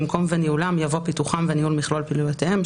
במקום "וניהולם" יבוא "פיתוחם וניהול מכלול פעילויותיהם"."